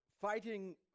fighting